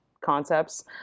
concepts